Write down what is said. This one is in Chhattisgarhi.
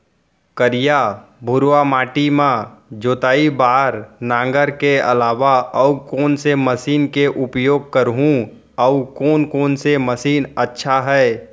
करिया, भुरवा माटी म जोताई बार नांगर के अलावा अऊ कोन से मशीन के उपयोग करहुं अऊ कोन कोन से मशीन अच्छा है?